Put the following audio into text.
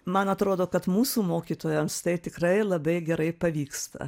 man atrodo kad mūsų mokytojams tai tikrai labai gerai pavyksta